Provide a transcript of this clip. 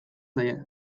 zaie